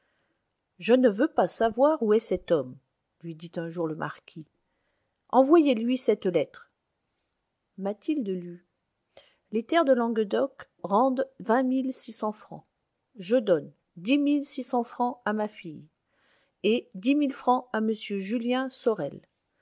je ne veux pas savoir où est cet homme lui dit un jour le marquis envoyez lui cette lettre mathilde lut les terres de languedoc rendent fr je donne fr à ma fille et fr à m julien sorel